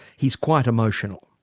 he's quite emotional.